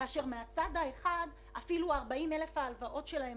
כאשר מצד אחד אפילו 40 אלף ההלוואות שלהם,